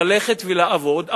ללכת ולעבוד,